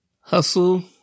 Hustle